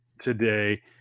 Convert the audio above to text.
today